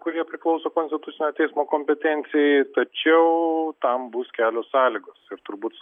kurie priklauso konstitucinio teismo kompetencijai tačiau tam bus kelios sąlygos ir turbūt